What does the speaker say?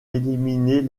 éliminer